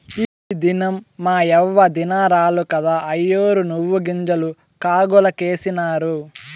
ఈ దినం మాయవ్వ దినారాలు కదా, అయ్యోరు నువ్వుగింజలు కాగులకేసినారు